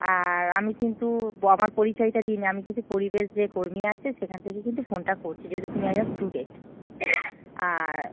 আর আমি কিন্তু ব আমার পরিচয়টা দিইনি আমি কিন্তু পরিবেশ যে কর্মী আছে সেখান থেকে কিন্তু ফোনটা করছি যেহেতু তুমি একজন স্টুডেন্ট আর